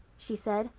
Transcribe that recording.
she said.